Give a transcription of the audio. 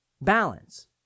balance